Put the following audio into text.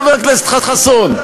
מי יעשה את זה, חבר הכנסת חסון?